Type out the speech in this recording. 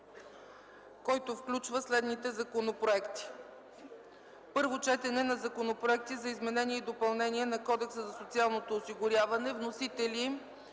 който включва следните законопроекти: 2. Първо четене на законопроекти за изменение и допълнение на Кодекса за социалното осигуряване. Вносители: